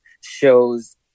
shows